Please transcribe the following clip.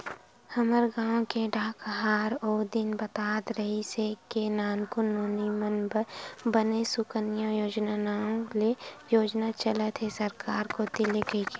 हमर गांव के डाकहार ओ दिन बतात रिहिस हे के नानकुन नोनी मन बर बने सुकन्या योजना नांव ले योजना चलत हे सरकार कोती ले कहिके